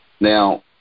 Now